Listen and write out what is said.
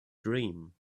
dream